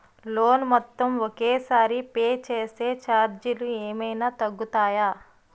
Loan మొత్తం ఒకే సారి పే చేస్తే ఛార్జీలు ఏమైనా తగ్గుతాయా?